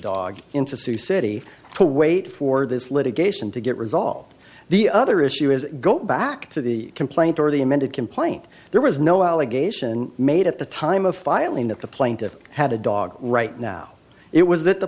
dog into sioux city to wait for this litigation to get resolved the other issue is go back to the complaint or the amended complaint there was no allegation made at the time of filing that the plaintiff had a dog right now it was that the